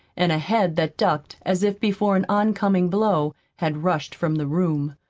and a head that ducked as if before an oncoming blow, had rushed from the room.